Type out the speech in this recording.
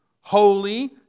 holy